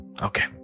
Okay